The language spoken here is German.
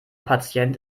patient